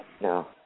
No